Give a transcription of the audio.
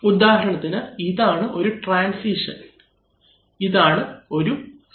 ഉദാഹരണത്തിന് ഇതാണ് ഒരു ട്രാൻസിഷൻ ഇതാണ് ഒരു സ്റ്റേറ്റ്